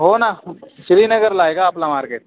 हो ना श्रीनगरला आहे का आपला मार्केट